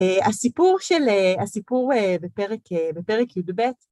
הסיפור של הסיפור בפרק בפרק י"ב